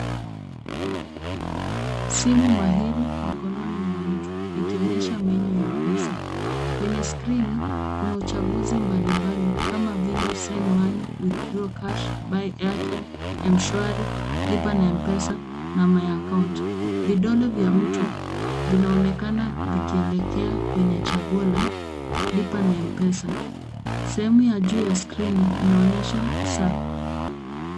Simu mahiri mikononi mwa mtu ikionyesha menu ya M-Pesa. Kwenye skrini, kuna uchaguzi mbali mbali kama vile send money, withdraw cash, buy airtime, mshwari lipa na M-Pesa na my account . Vidole vya mtu vinaonekana vikielekea kwenye chaguo la lipa na M-Pesa. Sehemu ya juu ya skrini inaonyesha saa.